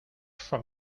from